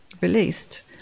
released